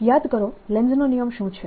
યાદ કરો લેન્ઝનો નિયમ શું છે